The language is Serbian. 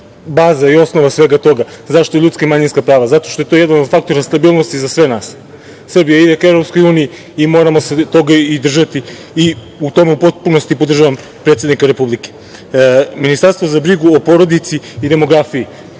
baza i osnova svega toga zašto ljudska i manjinska prava, zato što je to jedan od faktora stabilnosti za sve nas. Srbija ide ka EU i moramo se toga i držati i u tome u potpunosti podržavam predsednika Republike. Ministarstvo za brigu o porodici i demografiji.